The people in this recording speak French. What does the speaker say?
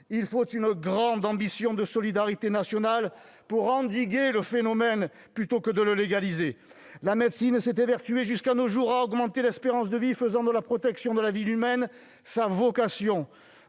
Il faut une grande ambition de solidarité nationale pour endiguer le phénomène plutôt que de le légaliser. La médecine s'est évertuée jusqu'à nos jours à augmenter l'espérance de vie, faisant de la protection de la vie humaine sa vocation.